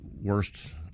worst